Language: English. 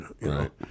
Right